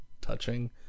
touching